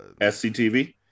SCTV